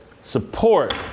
support